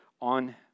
on